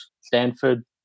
Stanford